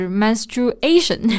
menstruation 。